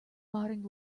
modern